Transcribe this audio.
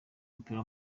w’umupira